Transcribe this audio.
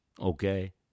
okay